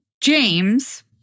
James